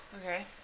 Okay